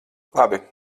labi